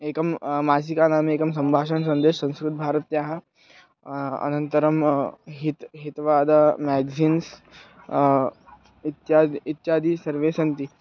एकं मासिकानाम् एकं सम्भाषणसन्देशं संस्कृतभारत्याः अनन्तरं हित् हितवाद म्याग्सीन्स् इत्यादि इत्यादि सर्वे सन्ति